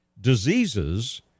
diseases